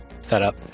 setup